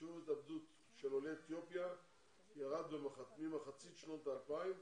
שיעור ההתאבדות של עולי אתיופיה ירד ממחצית שנות ה-2000,